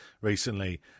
recently